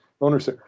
owners